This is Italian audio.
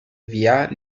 liga